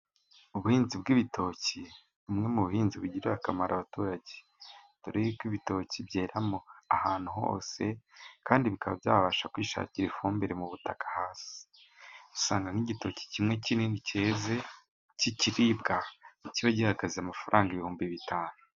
Ubuhinzi bw'ibitoki, bumwe mu buhinzi bugirira akamaro abaturage. Dore yuko ibitoki byeramo ahantu hose kandi bikaba byabasha kwishakira ifumbire mu butaka hasi, usanga nk'igitoki kimwe kinini cyeze cy'ikiribwa kiba gihagaze amafaranga ibihumbi bitanu.